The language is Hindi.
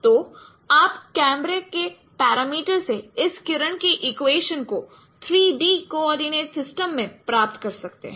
तो आप कैमरे के पेरामीटर से इस किरण के इक्वेशन को 3 डी कोओर्डिनेट सिस्टम में प्राप्त कर सकते हैं